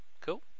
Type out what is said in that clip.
Cool